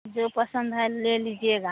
जो पसन्द है ले लीजिएगा